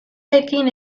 pekin